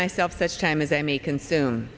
myself such time as i may consume